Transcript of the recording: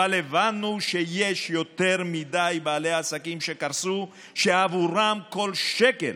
אבל הבנו שיש יותר מדי בעלי עסקים שקרסו שעבורם כל שקל